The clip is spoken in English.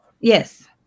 yes